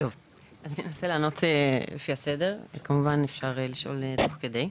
אנסה לענות לפי הסדר וכמובן אפשר לשאול שאלות תוך כדי.